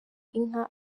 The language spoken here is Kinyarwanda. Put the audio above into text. inka